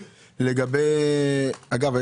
אגב,